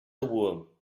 uaim